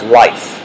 life